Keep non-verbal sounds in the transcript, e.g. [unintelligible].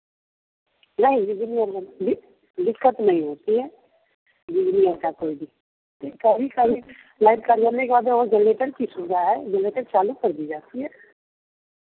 [unintelligible] दिक्कत नहीं होती है बिजली और का कोई दिक्कत नहीं कभी कभी लाइट कट जाने के बाद वहाँ जेनरेटर की सुबधा है जेनरेटर चालू कर दीजाती है